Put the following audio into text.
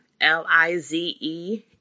l-i-z-e